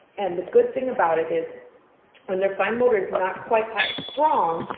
and the good thing about it is when their fine motor is not quite as strong,